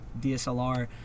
DSLR